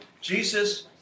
Jesus